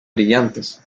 brillantes